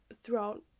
throughout